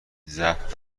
ضبط